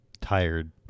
Tired